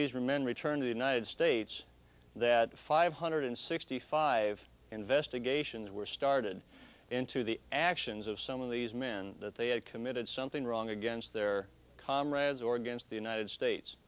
these were men returned the united states that five hundred sixty five investigations were started into the actions of some of these men that they had committed something wrong against their comrades or against the united states